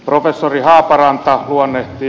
professori haaparanta luonnehtii